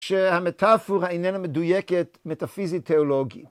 שהמטאפורה איננה מדויקת, מטאפיזית תיאולוגית.